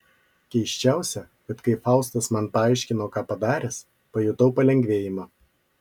keisčiausia kad kai faustas man paaiškino ką padaręs pajutau palengvėjimą